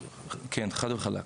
כן, חד וחלק.